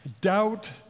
doubt